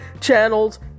channels